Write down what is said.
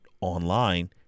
online